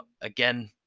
Again